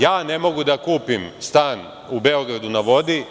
Ja ne mogu da kupim stan u „Beogradu na vodi“